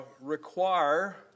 require